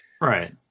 Right